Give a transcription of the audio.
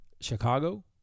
Chicago